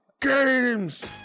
Games